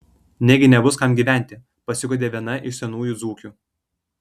negi nebus kam gyventi pasiguodė viena iš senųjų dzūkių